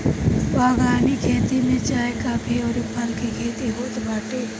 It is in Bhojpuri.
बगानी खेती में चाय, काफी अउरी फल के खेती होत बाटे